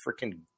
freaking